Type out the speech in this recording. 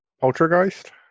Poltergeist